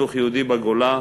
חינוך יהודי בגולה,